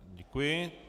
Děkuji.